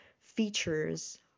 features